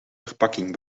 verpakking